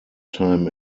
time